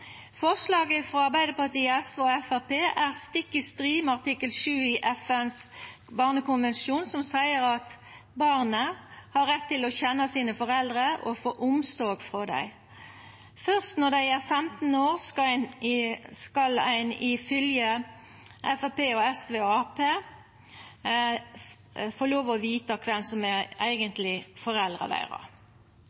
Forslaget frå Arbeidarpartiet, SV og Framstegspartiet er stikk i strid med artikkel 7 i FNs barnekonvensjon, som seier at barn har rett til å kjenna foreldra sine og få omsorg frå dei. Først når dei er 15 år, skal dei ifølgje Framstegspartiet, SV og Arbeidarpartiet få lov til å vita kven som eigentleg er